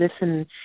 listen